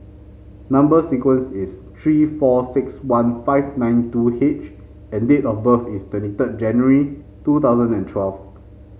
number sequence is three four six one five nine two H and date of birth is twenty third January two thousand and twelve